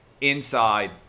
inside